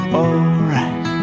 alright